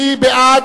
מי שבעד,